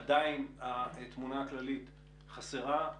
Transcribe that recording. עדיין התמונה הכללית חסרה,